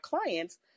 clients